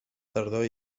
tardor